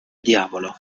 diavolo